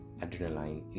adrenaline